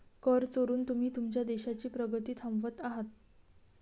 कर चोरून तुम्ही तुमच्या देशाची प्रगती थांबवत आहात